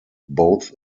both